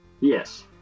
Yes